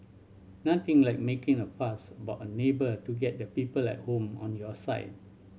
nothing like making a fuss about a neighbour to get the people at home on your side